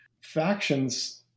factions